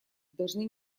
должны